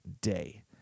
day